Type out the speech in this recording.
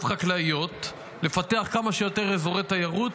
חקלאיות ולפתח כמה שיותר אזורי תיירות,